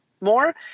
more